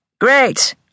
Great